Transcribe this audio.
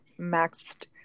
maxed